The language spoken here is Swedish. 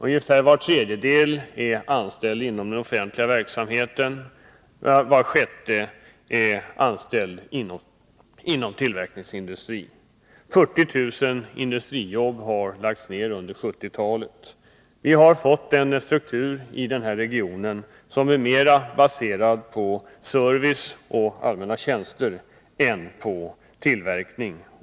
Ungefär var tredje är anställd inom den offentliga verksamheten, var sjätte är anställd inom tillverkningsindustrin. 40 000 industrijobb har lagts ned under 1970-talet. Vi har här i regionen fått en struktur som mera är baserad på service och allmänna tjänster än på tillverkning.